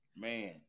man